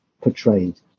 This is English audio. portrayed